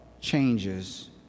changes